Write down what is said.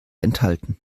enthalten